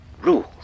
rules